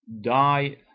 Die